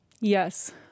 Yes